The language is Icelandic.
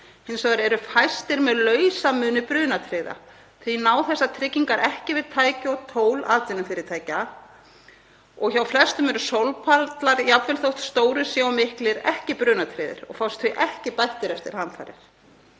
Hins vegar eru fæstir með lausamuni brunatryggða. Því ná þessar tryggingar ekki yfir tæki og tól atvinnufyrirtækja og hjá flestum eru sólpallar, jafnvel þótt stórir séu og miklir, ekki brunatryggðir og fást því ekki bættir eftir hamfarir.